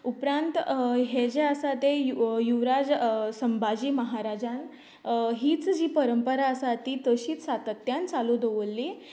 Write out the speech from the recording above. उपरांत हें जे आसा तें यूव युवराज संभाजी महाराजान हींच जी परंपरा आतां तीं तशींच सातत्यान चालू दवरलीं